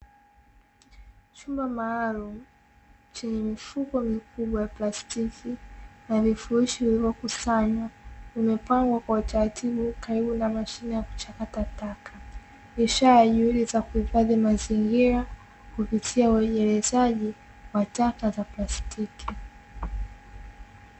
Chumba maalumu chenye mifuko mikubwa ya plastiki na vifurushi vilivyokusanywa, vimepangwa kwa utaratibu na karibu na mashine ya kuchakata taka; ishara ya juhudi za kuhifadhi mazingira kupitia urejerezaji wa taka za plastiki.